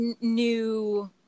new